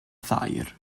thair